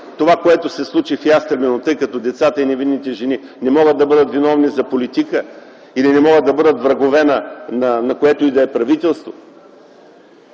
това, което се случи в Ястребино, тъй като децата и невинните жени не могат да бъдат виновни за политика, не могат да бъдат врагове на което и да е правителство.